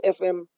FM